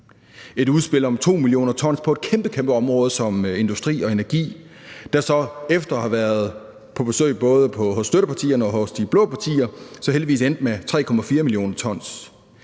et udspil om 2 mio. t på et kæmpe, kæmpe område som industri og energi, der så – efter at man havde været på besøg hos både støttepartierne og de blå partier – heldigvis endte med 3,4 mio. t.